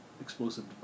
explosive